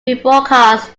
rebroadcast